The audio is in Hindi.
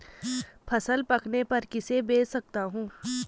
फसल पकने पर किसे बेच सकता हूँ?